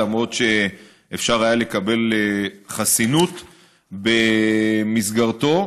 למרות שאפשר היה לקבל חסינות במסגרתו.